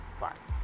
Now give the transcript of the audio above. bye